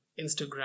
Instagram